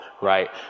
right